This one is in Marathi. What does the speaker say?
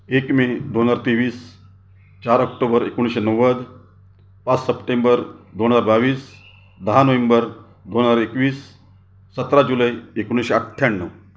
एक मे दोन हजार तेवीस चार ऑक्टोबर एकोणीसशे नव्वद पाच सप्टेंबर दोन हजार बावीस दहा नोव्हेंबर दोन हजार एकवीस सतरा जुलै एकोणीशे अठ्ठ्याण्णव